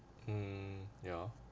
um ya